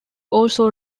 also